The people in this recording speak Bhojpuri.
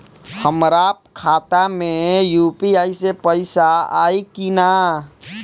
हमारा खाता मे यू.पी.आई से पईसा आई कि ना?